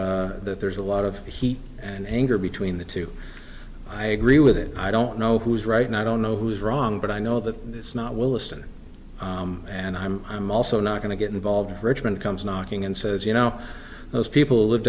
that there's a lot of heat and anger between the two i agree with it i don't know who's right and i don't know who's wrong but i know that it's not willesden and i'm i'm also not going to get involved in richmond comes knocking and says you know those people live